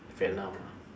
Vietnam lah